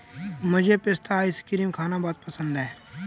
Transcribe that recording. मुझे पिस्ता आइसक्रीम खाना बहुत पसंद है